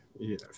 Yes